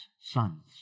sons